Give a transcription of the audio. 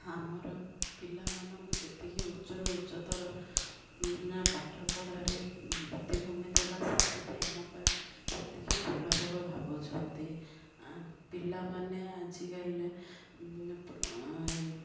ଆମର ପିଲାମାନଙ୍କୁ ଯେତିକି ଉଚ୍ଚରୁ ଉଚ୍ଚତର ପାଠପଢ଼ାରେ ଭିତ୍ତିଭୂମି ଦେବା ସେତିକି ଆମ ପାଇଁ ସେତିକି ଭଲ ହବା ଭାବୁଛନ୍ତି ପିଲାମାନେ ଆଜିକାଲି